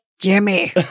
Jimmy